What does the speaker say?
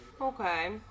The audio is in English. Okay